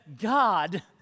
God